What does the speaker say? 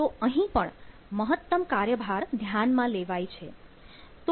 તો અહીં પણ મહત્તમ કાર્યભાર ધ્યાનમાં લેવાય છે